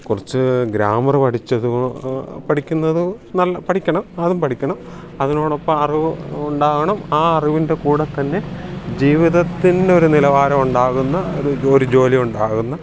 കുറച്ചു ഗ്രാമറ് പഠിച്ചത് പഠിക്കുന്നത് പഠിക്കണം അതും പഠിക്കണം അതിനോടൊപ്പം അറിവ് ഉണ്ടാകണം ആ അറിവിൻ്റെ കൂടെ തന്നെ ജീവിതത്തിൻ്റെ ഒരു നിലവാരം ഉണ്ടാകുന്ന ഒരു ഒരു ജോലി ഉണ്ടാകുന്ന